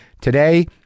Today